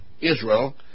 Israel